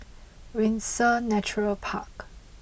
Windsor Nature Park